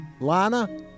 Lana